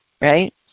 right